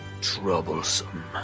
troublesome